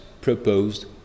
proposed